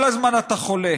כל הזמן אתה חולה,